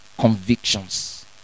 Convictions